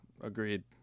Agreed